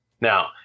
Now